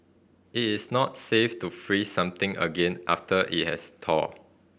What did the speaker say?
it is not safe to freeze something again after it has thawed